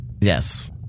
Yes